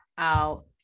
out